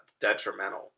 detrimental